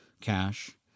cash